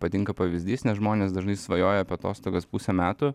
patinka pavyzdys nes žmonės dažnai svajoja apie atostogas pusę metų